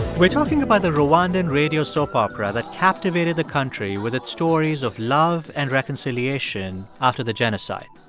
we're talking about the rwandan radio soap opera that captivated the country with its stories of love and reconciliation after the genocide.